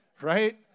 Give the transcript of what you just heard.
Right